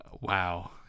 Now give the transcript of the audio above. Wow